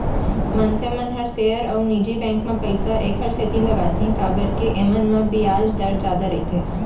मनसे मन ह सेयर अउ निजी बेंक म पइसा एकरे सेती लगाथें काबर के एमन म बियाज दर जादा रइथे